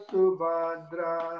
Subhadra